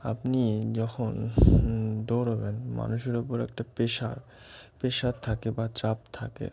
আপনি যখন দৌড়বেন মানুষের উপর একটা প্রেশার প্রেশার থাকে বা চাপ থাকে